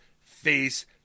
face